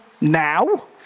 now